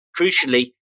crucially